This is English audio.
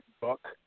book